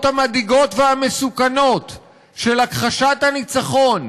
המדאיגות והמסוכנות של הכחשת הניצחון,